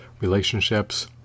relationships